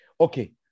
Okay